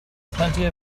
plenty